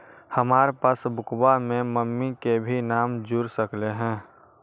हमार पासबुकवा में मम्मी के भी नाम जुर सकलेहा?